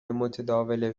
متداول